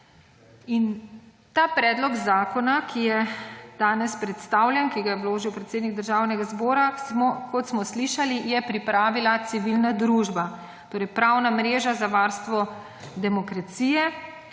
Ta predlog zakona, ki je danes predstavljen, ki ga je vložil predsednik Državnega zbora, kot smo slišali, je pripravila civilna družba − Pravna mreža za varstvo demokracije.